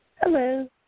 Hello